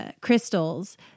crystals